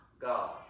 God